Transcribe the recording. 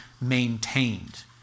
maintained